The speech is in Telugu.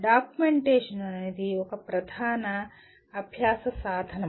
డాక్యుమెంటేషన్ అనేది ఒక ఒక ప్రధాన అభ్యాస సాధనం